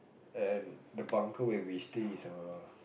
and the bunker where we stay is err